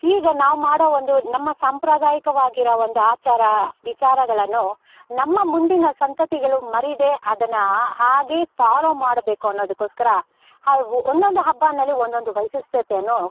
ಹೀಗೆ ನಾವು ಮಾಡೋ ಒಂದು ನಮ್ಮ ಸಾಂಪ್ರದಾಯಿಕವಾಗಿರೋ ಒಂದು ಆಚಾರ ವಿಚಾರಗಳನ್ನು ನಮ್ಮ ಮುಂದಿನ ಸಂತತಿಗಳು ಮರಿದೇ ಅದನ್ನು ಹಾಗೆ ಫಾಲೋ ಮಾಡಬೇಕು ಅನ್ನೋದಕ್ಕೋಸ್ಕರ ಒಂದೊಂದು ಹಬ್ಬದಲ್ಲಿ ಒಂದೊಂದು ವಿಶಿಷ್ಟತೆಯನ್ನು